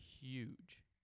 huge